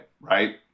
right